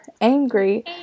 Angry